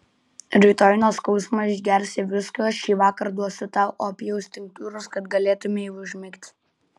rytoj nuo skausmo išgersi viskio šįvakar duosiu tau opijaus tinktūros kad galėtumei užmigti